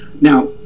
Now